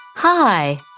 Hi